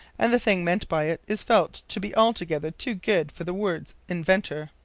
and the thing meant by it is felt to be altogether too good for the word's inventor.